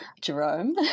Jerome